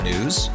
News